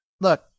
Look